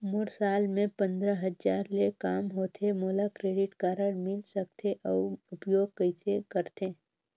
मोर साल मे पंद्रह हजार ले काम होथे मोला क्रेडिट कारड मिल सकथे? अउ उपयोग कइसे करथे?